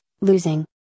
losing